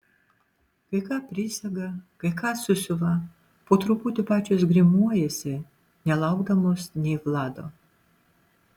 kai ką prisega kai ką susiuva po truputį pačios grimuojasi nelaukdamos nei vlado